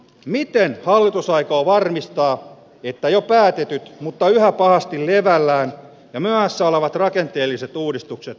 miten hallitus aikoo varmistaa pitää jo päätetyt mutta yhä pahasti levällään ja myöhässä olevat rakenteelliset uudistukset